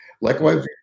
Likewise